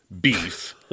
beef